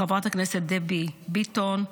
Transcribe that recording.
לחברת הכנסת דבי ביטון,